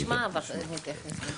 נשמע ונתייחס בהמשך.